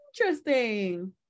Interesting